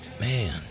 man